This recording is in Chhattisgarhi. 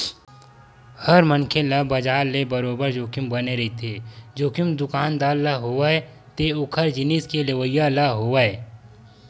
हर मनखे ल बजार ले बरोबर जोखिम बने रहिथे, जोखिम दुकानदार ल होवय ते ओखर जिनिस के लेवइया ल होवय